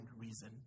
reason